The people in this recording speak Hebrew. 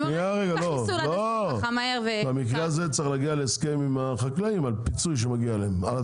במקרה הזה צריך להגיע להסכם על החקלאים על פיצוי שמגיע להם.